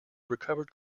recovered